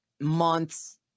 months